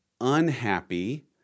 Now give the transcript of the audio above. unhappy